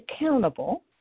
accountable